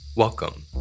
Welcome